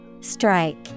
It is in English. Strike